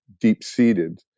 deep-seated